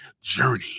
journey